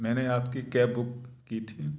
मैंने आपकी cab book की थी